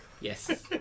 Yes